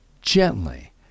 Gently